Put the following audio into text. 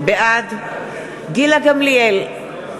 בעד גילה גמליאל,